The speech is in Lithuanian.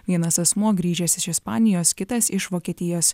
vienas asmuo grįžęs iš ispanijos kitas iš vokietijos